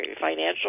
financial